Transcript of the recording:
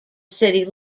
city